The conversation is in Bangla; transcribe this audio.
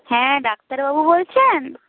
হ্যাঁ ডাক্তারবাবু বলছেন